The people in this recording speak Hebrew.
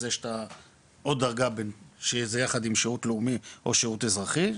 אז יש עוד דרגה שזה ביחד עם שירות לאומי או שירות אזרחי,